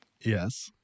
Yes